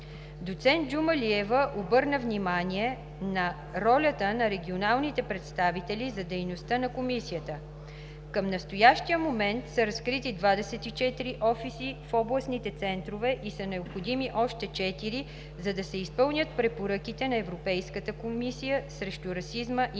Доцент Джумалиева обърна внимание на ролята на регионалните представители за дейността на Комисията. Към настоящия момент са разкрити 24 офиси в областните центрове и са необходими още 4, за да се изпълнят препоръките на Европейската комисия срещу расизма и